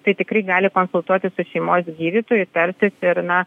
tai tikrai gali konsultuotis su šeimos gydytoju tartis ir na